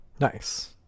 Nice